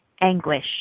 anguish